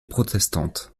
protestante